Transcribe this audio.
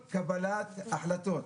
כל קבלת החלטות.